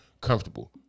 comfortable